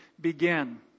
begin